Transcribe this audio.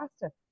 faster